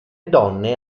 donne